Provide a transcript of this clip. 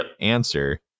answer